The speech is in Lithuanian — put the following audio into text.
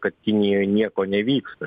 kad kinijoj nieko nevyksta